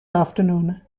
afternoon